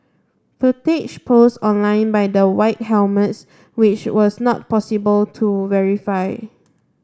footage posted online by the White Helmets which was not possible to verify